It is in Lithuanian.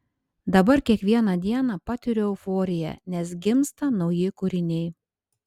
dabar kiekvieną dieną patiriu euforiją nes gimsta nauji kūriniai